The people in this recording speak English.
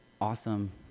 awesome